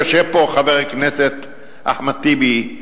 יושב פה חבר הכנסת אחמד טיבי,